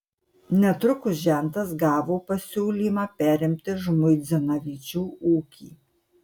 netrukus žentas gavo pasiūlymą perimti žmuidzinavičių ūkį